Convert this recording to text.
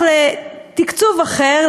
תקצוב אחר,